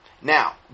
Now